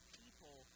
people